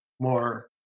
more